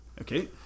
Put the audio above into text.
Okay